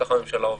ככה הממשלה עובדת.